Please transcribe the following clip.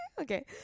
Okay